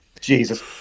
Jesus